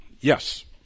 yes